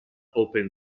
open